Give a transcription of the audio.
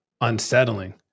unsettling